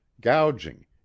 gouging